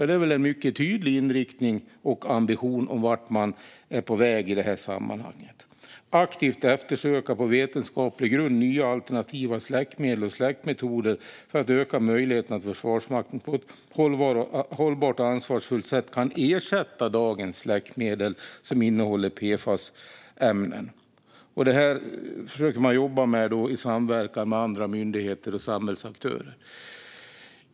Det är väl en mycket tydlig inriktning och ambition om vart man är på väg i detta sammanhang, att aktivt på vetenskaplig grund eftersöka nya alternativa släckmedel och släckmetoder för att öka möjligheterna för Försvarsmakten att på ett hållbart och ansvarsfullt sätt ersätta dagens släckmedel som innehåller PFAS-ämnen. Detta försöker man jobba med i samverkan med andra myndigheter och samhällsaktörer.